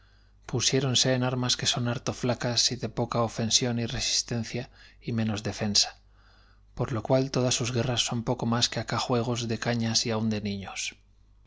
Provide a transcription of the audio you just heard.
pusiéronse en armas q u e son harto flacas y d e poca ofensión y resistencia y menos defensa p o r l o qual todas sus guerras son p o c o mas q u e acá j u e g o s d e cañas y aun d e niños